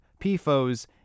PFOS